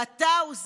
ואתה הוא זה,